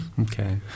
Okay